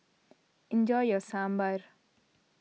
enjoy your Sambar